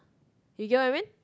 you get what I mean